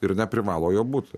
ir neprivalo juo būti